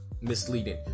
misleading